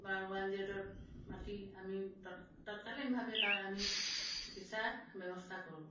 বা ওৱান জিঅটোত মাতি আমি তৎ তৎকালীনভাৱে তাৰ আমি চিকিৎসা ব্যৱস্থা কৰোঁ